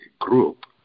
group